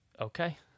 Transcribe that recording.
Okay